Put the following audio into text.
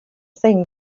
thing